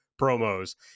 promos